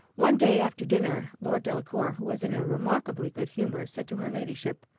one day after dinner, lord delacour, who was in a remarkably good humour, said to her ladyship,